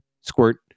Squirt